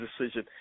decision